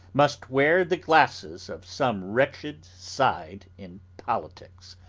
must wear the glasses of some wretched side in politics?